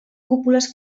cúpules